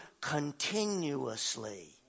continuously